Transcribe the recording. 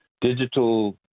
digital